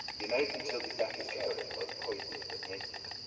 the american tilted back his chair a little and poised it an instant.